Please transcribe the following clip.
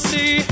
See